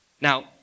Now